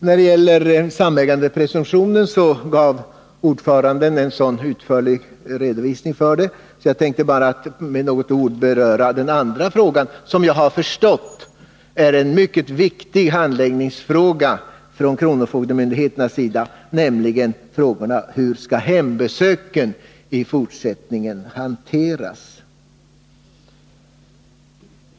När det gäller samägandepresumtionen gav ordföranden en så utförlig redovisning att jag bara tänkte med några ord beröra den andra frågan, som jag har förstått är en mycket viktig handläggningsfråga inom kronofogdemyndigheterna, nämligen frågan om hur hembesöken i fortsättningen skall hanteras.